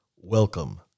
Welcome